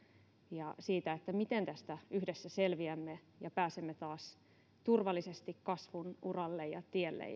ja siitä miten tästä yhdessä selviämme ja pääsemme taas turvallisesti kasvun uralle ja tielle